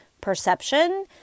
perception